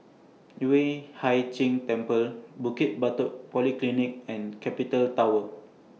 Yueh Hai Ching Temple Bukit Batok Polyclinic and Capital Tower